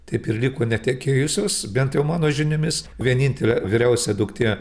taip ir liko netekėjusios bent jau mano žiniomis vienintelė vyriausia duktė